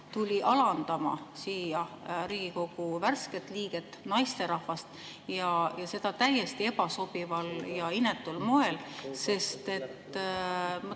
tuli alandama Riigikogu värsket liiget, naisterahvast, ja seda täiesti ebasobival ja inetul moel. Ma tuletan